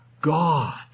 God